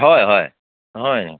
হয় হয় হয়